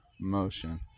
motion